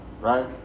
right